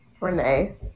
Renee